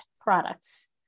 products